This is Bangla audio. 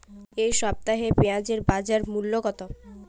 এ সপ্তাহে পেঁয়াজের বাজার মূল্য কত?